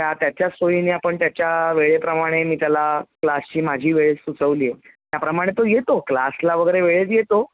त्या त्याच्या सोयीने आपण त्याच्या वेळेप्रमाणे मी त्याला क्लासची माझी वेळ सुचवली आहे त्याप्रमाणे तो येतो क्लासला वगैरे वेळेत येतो